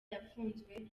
yafunzwe